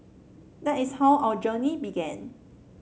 that is how our journey began